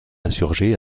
insurgés